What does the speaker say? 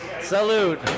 Salute